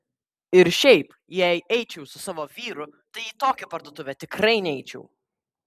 ir šiaip jei eičiau su savo vyru tai į tokią parduotuvę tikrai neičiau